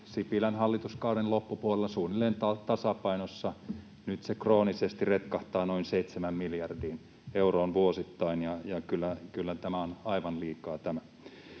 Sipilän hallituskauden loppupuolella suunnilleen tasapainossa, nyt se kroonisesti retkahtaa noin seitsemään miljardiin euroon vuosittain, ja kyllä tämä on aivan liikaa.